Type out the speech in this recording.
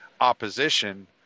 opposition